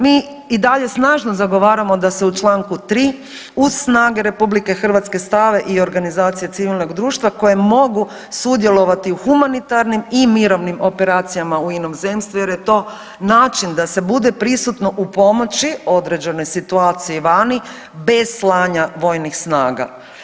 Mi i dalje snažno zagovaramo da se u čl. 3. uz snage RH stave i organizacije civilnog društva koje mogu sudjelovati u humanitarnim i mirovnim operacijama u inozemstvu, jer je to način da se bude prisutno u pomoći određenoj situaciji vani bez slanja vojnih snaga.